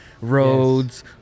Roads